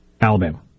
Alabama